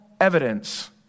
evidence